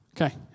Okay